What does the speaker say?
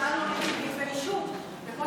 בכלל לא מגישים כתבי אישום,